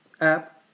app